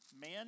man